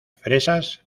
fresas